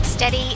Steady